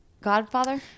Godfather